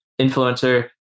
influencer